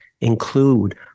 include